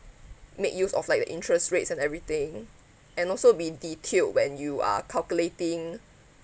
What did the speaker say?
make use of like the interest rates and everything and also be detailed when you are calculating